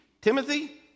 Timothy